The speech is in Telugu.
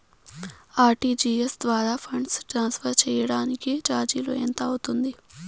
ఆర్.టి.జి.ఎస్ ద్వారా ఫండ్స్ ట్రాన్స్ఫర్ సేయడానికి చార్జీలు ఎంత అవుతుంది